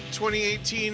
2018